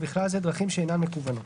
ובכלל זה דרכים שאינן מקוונות.